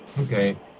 Okay